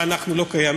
מה, אנחנו לא קיימים?